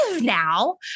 now